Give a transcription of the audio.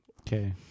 Okay